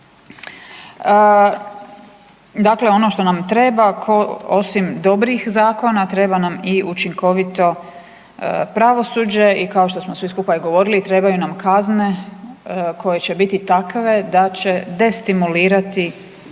Dakle, ono što nam treba, osim dobrih zakona, treba nam i učinkovito pravosuđe i kao što smo svi skupa i govorili, trebaju nam kazne koje će biti takve da će destimulirati